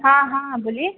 हाँ हाँ बोलिए